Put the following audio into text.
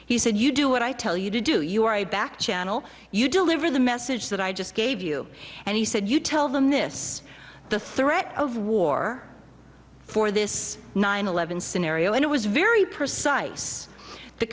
he said you do what i tell you to do you are a back channel you deliver the message that i just gave you and he said you tell them this the threat of war for this nine eleven scenario and it was very precise the